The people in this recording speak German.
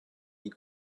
die